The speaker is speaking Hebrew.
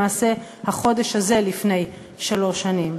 למעשה בחודש הזה לפני שלוש שנים.